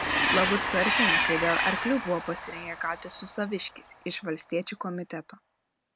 slavuckių arklininkai dėl arklių buvo pasirengę kautis su saviškiais iš valstiečių komiteto